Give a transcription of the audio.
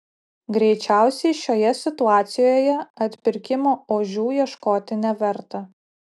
greičiausiai šioje situacijoje atpirkimo ožių ieškoti neverta